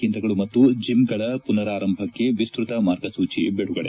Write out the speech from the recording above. ಕೇಂದ್ರಗಳು ಮತ್ತು ಜಿಮ್ಗಳ ಪುನಾರಾರಂಭಕ್ಕೆ ವಿಸ್ತತ ಮಾರ್ಗಸೂಚಿ ಬಿದುಗಡೆ